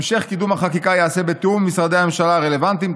המשך קידום החקיקה ייעשה בתיאום עם משרדי הממשלה הרלוונטיים,